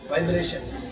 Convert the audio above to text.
Vibrations